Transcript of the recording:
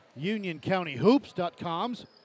UnionCountyHoops.com's